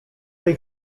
tej